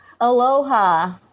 Aloha